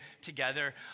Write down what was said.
together